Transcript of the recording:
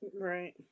Right